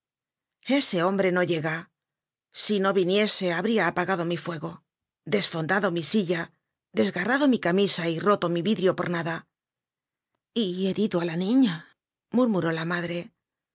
añadió esehombre no llega si no viniese habria apagado mi fuego content from google book search generated at desfondado mi silla desgarrado mi camisa y roto mi vidrio por nada y herido á la niña murmuró la madre